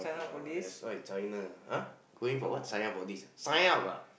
uh that's why China ah !huh! going for what sign up all these sign up ah